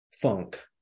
funk